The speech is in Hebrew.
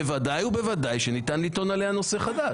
בוודאי שניתן לטעון עליה נושא חדש.